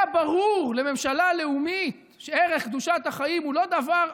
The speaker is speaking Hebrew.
היה ברור לממשלה הלאומית שערך קדושת החיים הוא לא דבר,